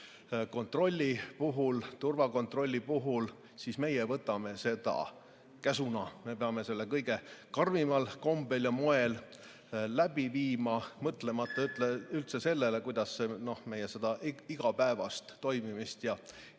juhul selle turvakontrolli puhul, siis meie võtame seda käsuna, me peame selle kõige karmimal kombel ja moel läbi viima, mõtlemata sellele, kuidas see meie igapäevast toimimist ja